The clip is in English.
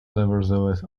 nevertheless